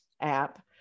app